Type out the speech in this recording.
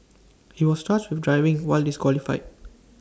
he was charged with driving while disqualified